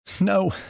No